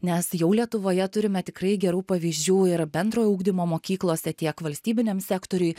nes jau lietuvoje turime tikrai gerų pavyzdžių ir bendrojo ugdymo mokyklose tiek valstybiniam sektoriuj